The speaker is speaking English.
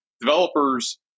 Developers